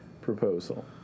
proposal